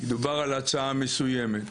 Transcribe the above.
דובר על הצעה מסוימת.